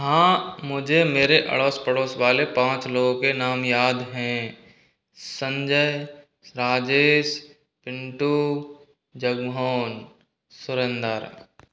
हाँ मुझे मेरे अड़ोस पड़ोस वाले पाँच लोगों के नाम याद हैं संजय राजेश पिंटू जगमोहन सुरेंदर